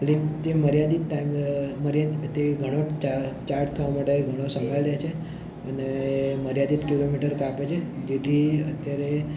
લિમ જેમ તે મર્યાદિત ટાઈમ મર્યાદિત તે ઘણો ઘણો ચાર્જ થવા માટે ઘણો સમય લે છે અને મર્યાદિત કિલોમીટર કાપે છે તેથી અત્યારે